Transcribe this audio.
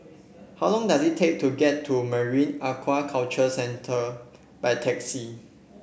how long does it take to get to Marine Aquaculture Centre by taxi